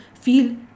feel